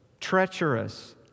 treacherous